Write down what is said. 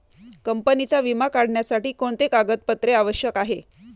कंपनीचा विमा काढण्यासाठी कोणते कागदपत्रे आवश्यक आहे?